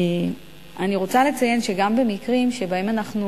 אני רוצה לציין שגם במקרים שבהם אנחנו